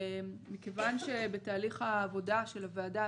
מכיוון שבתהליך העבודה של הוועדה,